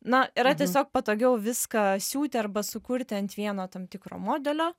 na yra tiesiog patogiau viską siūti arba sukurti ant vieno tam tikro modelio